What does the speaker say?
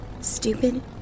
Stupid